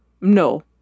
No